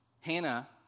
Hannah